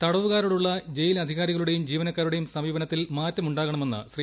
തടവുകാരോടുള്ള ജയിലധികാരികളുടെയും ജീവനക്കാരുടെയും സമീപനത്തിൽ മാറ്റം ഉാകണമെന്ന് ശ്രീ